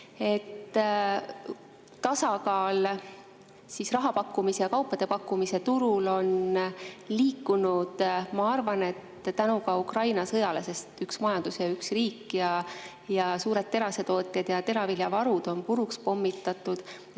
Tasakaal raha pakkumise ja kaupade pakkumise turul on liikunud, ma arvan, ka Ukraina sõja tõttu, sest üks majandus ja üks riik, suured terasetootjad ja teraviljavarud on puruks pommitatud.